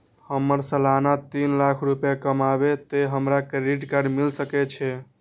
हमर सालाना तीन लाख रुपए कमाबे ते हमरा क्रेडिट कार्ड मिल सके छे?